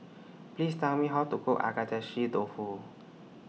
Please Tell Me How to Cook Agedashi Dofu